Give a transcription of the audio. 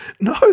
no